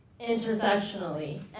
intersectionally